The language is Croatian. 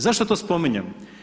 Zašto to spominjem?